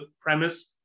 premise